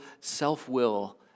self-will